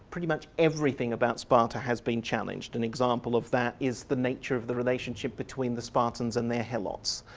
pretty much everything about sparta has been challenged. an example of that is the nature of the relationship between the spartans and their helots.